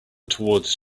towards